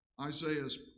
Isaiah's